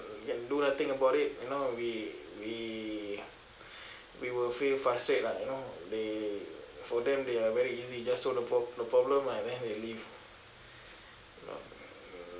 can do nothing about it you know we we we will feel frustrate lah you know they for them they are very easy just throw the pro~ the problem and then they leave no mm